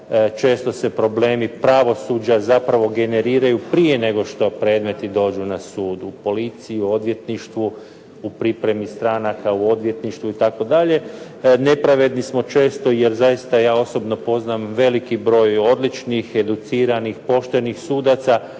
Često se problemi pravosuđa zapravo generiraju prije nego što predmeti dođu na sud, u policiju, odvjetništvu, u pripremi stranaka u odvjetništvu itd. Nepravedni smo često, jer zaista ja osobno poznam veliki broj odličnih educiranih, poštenih sudaca,